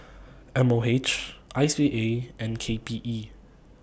M O H I C A and K P E